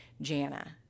Jana